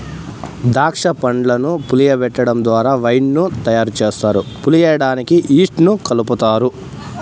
దాక్ష పండ్లను పులియబెటడం ద్వారా వైన్ ను తయారు చేస్తారు, పులియడానికి ఈస్ట్ ను కలుపుతారు